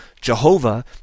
Jehovah